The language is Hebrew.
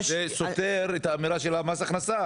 זה סותר את האמירה של מס ההכנסה.